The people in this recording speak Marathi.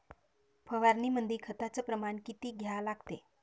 फवारनीमंदी खताचं प्रमान किती घ्या लागते?